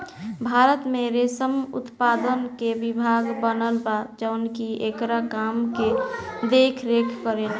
भारत में रेशम उत्पादन के विभाग बनल बा जवन की एकरा काम के देख रेख करेला